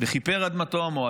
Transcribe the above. וכִפר אדמתו עמו".